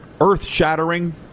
earth-shattering